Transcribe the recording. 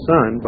Son